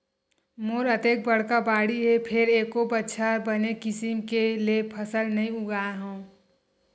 मोर अतेक बड़का बाड़ी हे फेर एको बछर बने किसम ले फसल नइ उगाय हँव